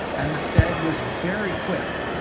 and the fed was very quick,